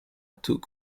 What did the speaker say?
took